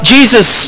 Jesus